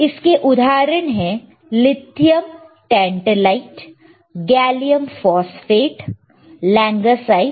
इसके उदाहरण है lithium tantalate gallium phosphate langasite